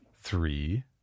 three